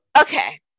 Okay